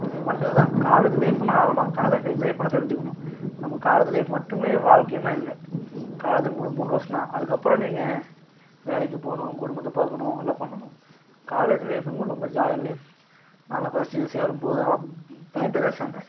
கொஞ்சம் கொஞ்சமாக அதுதான் காலேஜ் லைஃபுன்னா அவ்வளோதான் காலேஜ் லைஃப் என்ஜாய் பண்ண தெரிஞ்சிக்கணும் நம்ம காலேஜ் லைஃப் மட்டுமே வாழ்க்கைனா இல்லை காலேஜ் மூ மூ மூணு வருஷந்தான் அதுக்கப்பறம் நீங்கள் வேலைக்கு போகணும் குடும்பத்தை பார்க்கணும் எல்லாம் பண்ணணும் காலேஜ் லைஃபுங்குறது ரொம்ப ஜாலியான லைஃப் நாலாம் ஃபஸ்ட் இயர் சேரும்போதும் நல்லா பயந்துகிட்டேதான் சேர்ந்தேன்